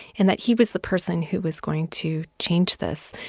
and that he was the person who was going to change this.